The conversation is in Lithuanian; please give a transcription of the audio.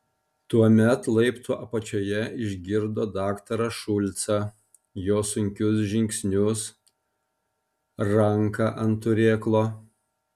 tuomet laiptų apačioje išgirdo daktarą šulcą jo sunkius žingsnius ranką ant turėklo